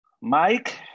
Mike